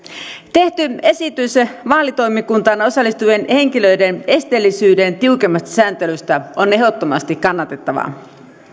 tehty esitys vaalitoimikuntaan osallistuvien henkilöiden esteellisyyden tiukemmasta sääntelystä on ehdottomasti kannatettava